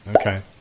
Okay